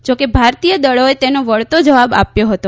જો કે ભારતીયદળોએ તેનો વળતો જવાબ આપ્યો હતો